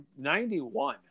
91